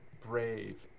brave